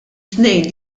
tnejn